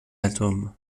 atomes